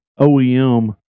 OEM